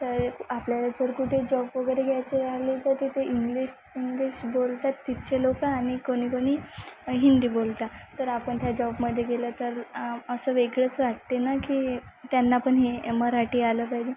तर आपल्याला जर कुठे जॉब वगैरे घ्यायचे राहिली तर तिथे इंग्लिश इंग्लिश बोलतात तिथचे लोकं आणि कोणी कोणी हिंदी बोलतात तर आपण त्या जॉबमध्ये गेलं तर असं वेगळंच वाटते ना की त्यांना पण हे मराठी आलं पाहिजे